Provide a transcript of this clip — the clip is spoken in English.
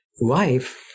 life